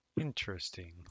Interesting